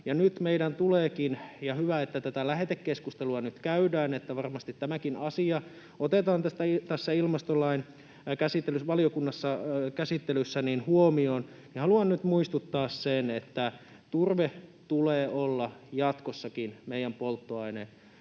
ja se on hyvä. On hyvä, että tätä lähetekeskustelua nyt käydään, että varmasti tämäkin asia otetaan tässä ilmastolain käsittelyssä valiokunnassa huomioon, ja haluan nyt muistuttaa sen, että turpeen tulee olla jatkossakin meidän polttoaine